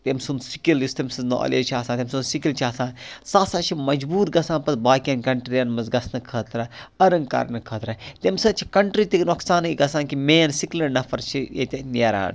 تٔمۍ سُند سِکِل یُس تٔمۍ سُند نالیج چھِ آسان تٔمۍ سُند سِکِل چھِ آسان سُہ ہَسا چھُ مجبور گَژھان پَتہٕ باقٮَ۪ن کَنٹریز مَنٛز گَژھنہٕ خٲطرٕ پَرنہٕ کَرنہٕ خٲطرٕ تَمہِ سۭتۍ چھُ کَنٹری تہِ نۄقصانٕے گَژھان کہِ مین سِکِلڑ نَفَر چھِ ییتہِ نیران